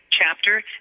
chapter